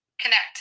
connect